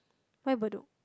why Bedok